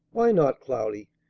why not, cloudy?